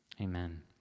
Amen